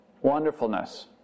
wonderfulness